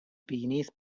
beneath